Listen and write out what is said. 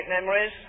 memories